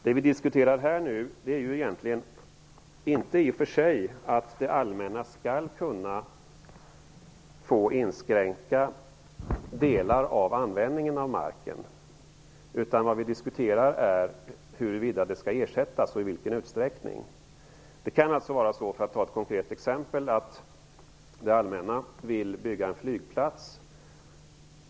Det som vi nu diskuterar är inte i och för sig att det allmänna skall kunna få inskränka delar av användningen av marken, utan huruvida detta skall ersättas och i vilken utsträckning det skall ske. Det kan, för att ta ett konkret exempel, vara så att det allmänna vill bygga en flygplats.